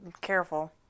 careful